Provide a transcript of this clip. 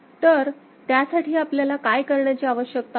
तर त्यासाठी आपल्याला काय करण्याची आवश्यकता आहे